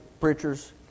preachers